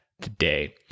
today